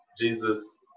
Jesus